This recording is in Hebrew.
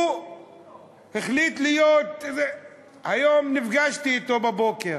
הוא החליט להיות, היום נפגשתי אתו בבוקר.